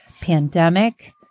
pandemic